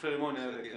עופר רימון יהיה, כן.